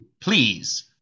Please